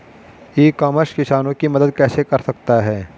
ई commerce किसानों की मदद कैसे कर सकता है?